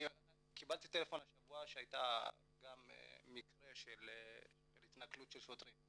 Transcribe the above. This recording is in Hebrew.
קיבלתי טלפון השבוע על מקרה של התנכלות שוטרים.